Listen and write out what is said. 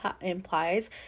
implies